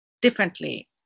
differently